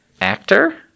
actor